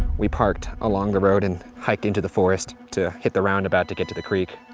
we parked along the road and hiked into the forest to hit the roundabout to get to the creek.